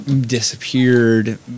disappeared